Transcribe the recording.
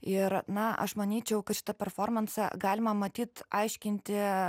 ir na aš manyčiau kad šitą performansą galima matyt aiškinti